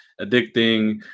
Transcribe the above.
addicting